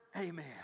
Amen